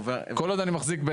כל עוד אני מחזיק.